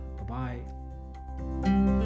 Bye-bye